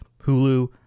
Hulu